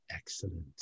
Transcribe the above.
excellent